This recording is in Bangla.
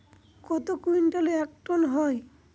কত কুইন্টালে এক টন হয়?